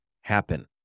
happen